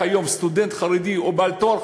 סטודנט חרדי או בעל תואר,